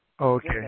Okay